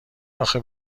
آخه